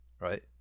right